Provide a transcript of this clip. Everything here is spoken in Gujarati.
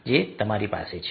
જે તમારી પાસે છે